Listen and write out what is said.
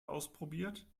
ausprobiert